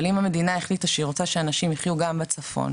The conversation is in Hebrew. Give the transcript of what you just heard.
אבל אם המדינה החליטה שהיא רוצה שאנשים יחיו גם בצפון,